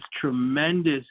tremendous